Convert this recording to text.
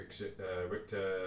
Richter